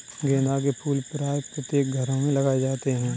गेंदा के फूल प्रायः प्रत्येक घरों में लगाए जाते हैं